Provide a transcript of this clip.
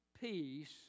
peace